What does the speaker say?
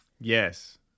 Yes